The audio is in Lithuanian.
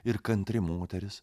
ir kantri moteris